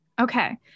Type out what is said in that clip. Okay